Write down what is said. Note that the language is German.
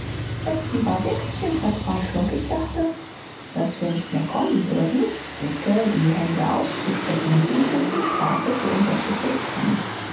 betsy war wirklich in verzweiflung ich dachte daß wir nicht mehr kommen würden bitte die hände auszustrecken dies ist die strafe für unser zuspätkommen